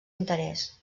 interès